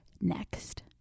next